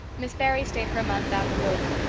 miss barry stayed her month out and over.